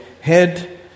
head